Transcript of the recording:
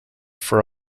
for